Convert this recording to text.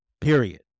period